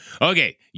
Okay